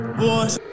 boys